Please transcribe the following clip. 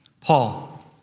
Paul